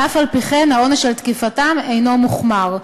ואף-על-פי-כן העונש על תקיפתם אינו מוחמר.